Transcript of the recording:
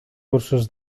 cursos